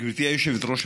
גברתי היושבת-ראש,